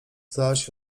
zaś